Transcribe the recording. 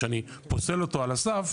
שאני פוסל אותו על הסף,